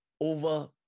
over